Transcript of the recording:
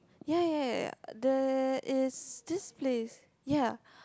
ya ya ya ya there is this place ya